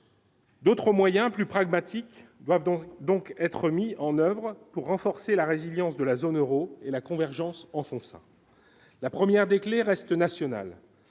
D'autres moyens plus pragmatiques doivent donc donc être mis en oeuvre pour renforcer la résilience de la zone Euro et la convergence en son sein la première des clés restent nationale